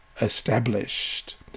established